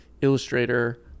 illustrator